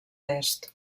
est